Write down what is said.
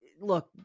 look